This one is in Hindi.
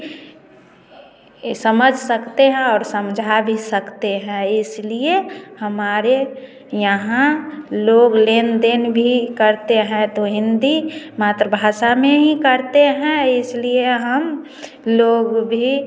यह समझ सकते हैं और समझा भी सकते हैं इसलिए हमारे यहाँ लोग लेन देन भी करते हैं तो हिंदी मातृभाषा में ही करते हैं इसलिए हम लोग भी